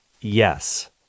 yes